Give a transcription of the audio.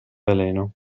veleno